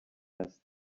است